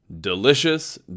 Delicious